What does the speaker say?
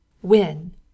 When